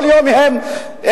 כל יום הם בשבת.